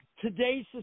today's